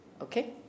Okay